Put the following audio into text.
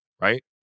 Right